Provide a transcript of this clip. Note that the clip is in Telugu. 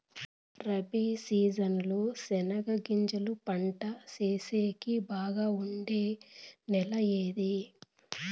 రబి సీజన్ లో చెనగగింజలు పంట సేసేకి బాగా ఉండే నెల ఏది?